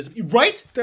Right